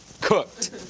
Cooked